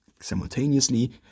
simultaneously